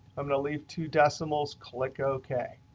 i'm going to leave two decimals, click ok.